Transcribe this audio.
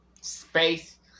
space